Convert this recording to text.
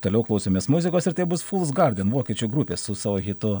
toliau klausomės muzikos ir tai bus fūls garden vokiečių grupės su savo hitu